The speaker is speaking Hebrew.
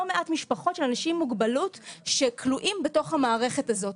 מעט משפחות של אנשים עם מוגבלות שכלואים בתוך המערכת הזאת.